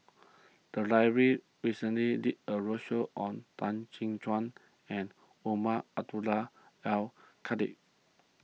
the library recently did a roadshow on Tan Chin Tuan and Umar Abdullah Al Khatib